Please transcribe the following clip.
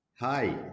Hi